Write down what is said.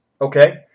okay